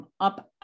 up